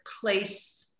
place